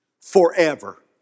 Forever